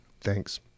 Thanks